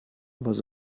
was